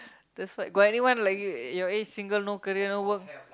that's why got anyone like you your your age single no career no work